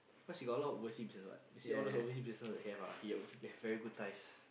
cause he got a lot of overseas business what you see all those overseas business he have ah he will have very good ties